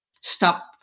stop